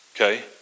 okay